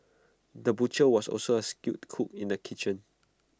the butcher was also A skilled cook in the kitchen